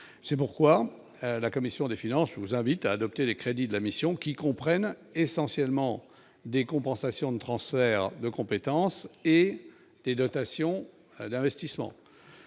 c'est pourquoi la commission des finances, vous invite à adopter les crédits de la mission qui comprennent essentiellement des compensations de transferts de compétences et des dotations d'investissement.